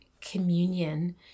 communion